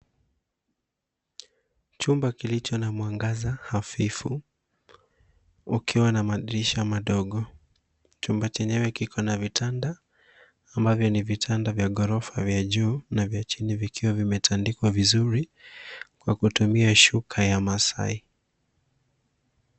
Chumba kilicho na mwangaza hafifu, kikiwa na madirisha madogo. Chumba chenyewe kina vitanda, ambavyo ni vitanda vya ghorofa; vya juu na vya chini vimetandikwa vizuri kwa kutumia shuka ya Masai.